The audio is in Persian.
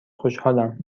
خوشحالم